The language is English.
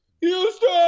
Houston